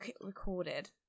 recorded